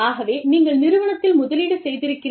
ஆகவே நீங்கள் நிறுவனத்தில் முதலீடு செய்திருக்கிறீர்கள்